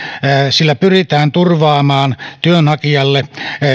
sillä pyritään turvaamaan työnhakijalle